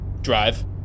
drive